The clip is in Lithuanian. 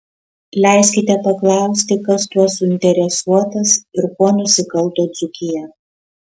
leiskite paklausti kas tuo suinteresuotas ir kuo nusikalto dzūkija